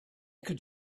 could